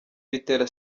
bitera